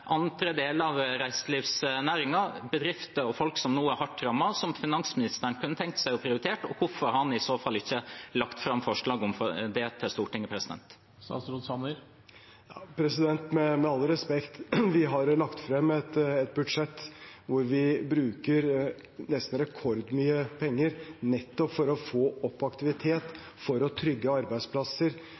andre deler av reiselivsnæringen, bedrifter og folk som nå er hardt rammet, finansministeren kunne tenkt seg å prioritere? Hvorfor har han i så fall ikke lagt fram forslag om det for Stortinget? Med all respekt: Vi har lagt frem et budsjett hvor vi bruker nesten rekordmye penger, nettopp for å få opp aktivitet, for å trygge arbeidsplasser,